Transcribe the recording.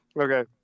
Okay